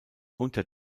unter